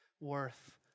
worth